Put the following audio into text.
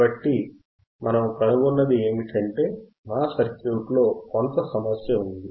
కాబట్టి మనము కనుగొన్నది ఏమిటంటే మా సర్క్యూట్లో కొంత సమస్య ఉంది